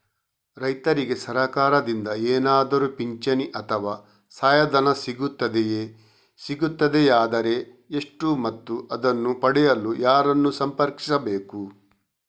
ರೈತರಿಗೆ ಸರಕಾರದಿಂದ ಏನಾದರೂ ಪಿಂಚಣಿ ಅಥವಾ ಸಹಾಯಧನ ಸಿಗುತ್ತದೆಯೇ, ಸಿಗುತ್ತದೆಯಾದರೆ ಎಷ್ಟು ಮತ್ತು ಅದನ್ನು ಪಡೆಯಲು ಯಾರನ್ನು ಸಂಪರ್ಕಿಸಬೇಕು?